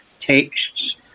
texts